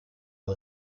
mal